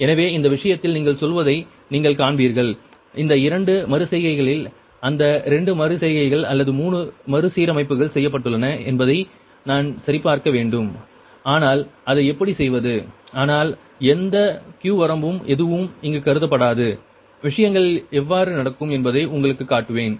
எனவே இந்த விஷயத்தில் நீங்கள் சொல்வதை நீங்கள் காண்பிப்பீர்கள் அந்த இரண்டு மறு செய்கைகளில் அதை 2 மறு செய்கைகள் அல்லது 3 மறுசீரமைப்புகள் செய்யப்பட்டுள்ளன என்பதை நான் சரிபார்க்க வேண்டும் ஆனால் அதை எப்படி செய்வது ஆனால் எந்த Q வரம்பும் எதுவும் இங்கு கருதப்படாது விஷயங்கள் எவ்வாறு நடக்கும் என்பதை உங்களுக்குக் காட்டுவேன்